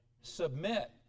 submit